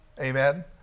Amen